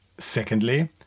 Secondly